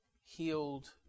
healed